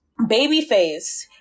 Babyface